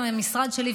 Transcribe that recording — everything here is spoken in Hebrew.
אם המשרד שלי,